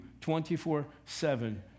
24-7